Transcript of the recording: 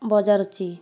ବଜାର ଅଛି